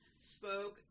spoke